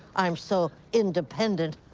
i'm so independent,